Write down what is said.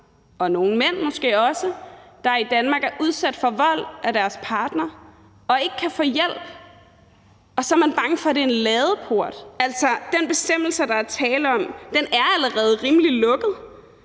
også nogle mænd, der i Danmark er udsat for vold af deres partner og ikke kan få hjælp, og så er man bange for, at der er tale om at åbne en ladeport! Altså, den bestemmelse, der er tale om, er allerede rimelig lukket.